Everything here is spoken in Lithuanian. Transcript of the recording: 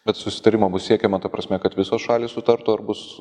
bet susitarimo bus siekiama ta prasme kad visos šalys sutartų ar bus